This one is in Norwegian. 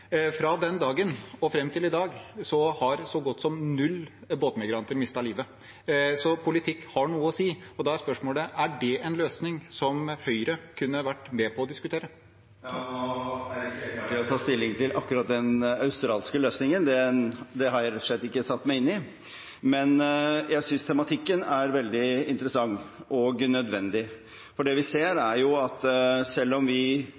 Fra den dagen og fram til i dag har så godt som null båtmigranter mistet livet. Så politikk har noe å si. Da er spørsmålet: Er det en løsning som Høyre kunne vært med på å diskutere? Nå er ikke jeg klar til å ta stilling til akkurat den australske løsningen. Den har jeg rett og slett ikke satt meg inn i. Men jeg synes tematikken er veldig interessant og nødvendig, for selv om vi forholdsmessig sett, ut fra befolkningsstørrelse, tar imot mange sammenlignet med andre land, ser vi